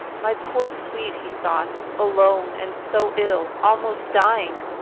my poor sweet, he thought, alone, and so ill almost dying!